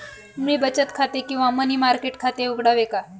मी बचत खाते किंवा मनी मार्केट खाते उघडावे का?